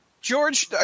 George